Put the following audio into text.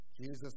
Jesus